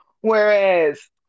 Whereas